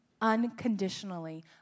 unconditionally